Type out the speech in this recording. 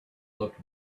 looked